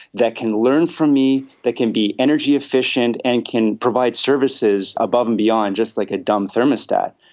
that can learn from me, that can be energy efficient and can provide services above and beyond, just like a dumb thermostat?